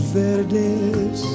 verdes